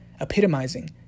epitomizing